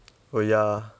oh ya